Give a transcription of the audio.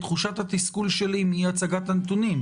-- את תחושת התסכול שלי מאי הצגת הנתונים,